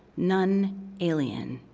none alien.